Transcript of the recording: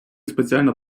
спеціальна